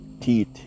teeth